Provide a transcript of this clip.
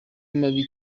mabi